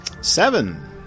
Seven